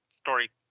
story